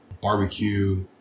barbecue